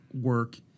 work